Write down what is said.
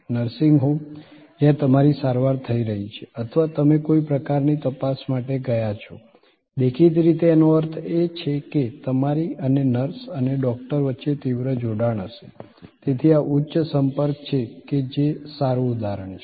nursing home જ્યાં તમારી સારવાર થઈ રહી છે અથવા તમે કોઈ પ્રકારની તપાસ માટે ગયા છો દેખીતી રીતે એનો અર્થ એ છે કે તમારી અને નર્સ અને ડૉક્ટર વચ્ચે તીવ્ર જોડાણ હશે તેથી આ ઉચ્ચ સંપર્ક છે કે જે સારું ઉદાહરણ છે